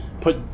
put